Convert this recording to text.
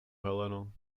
heleno